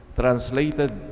translated